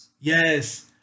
yes